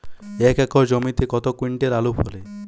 এক একর জমিতে কত কুইন্টাল আলু ফলে?